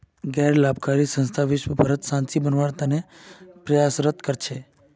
गैर लाभकारी संस्था विशव भरत शांति बनए रखवार के प्रयासरत कर छेक